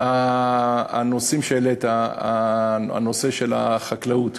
הנושאים שהעלית: נושא החקלאות,